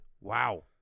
Wow